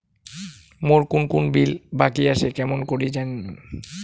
মোর কুন কুন বিল বাকি আসে কেমন করি জানিম?